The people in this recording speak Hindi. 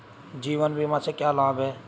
जीवन बीमा से क्या लाभ हैं?